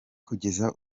kugeza